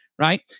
Right